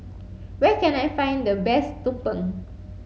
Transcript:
where can I find the best Tumpeng